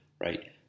right